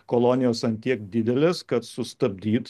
kolonijos ant tiek didelės kad sustabdyt